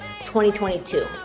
2022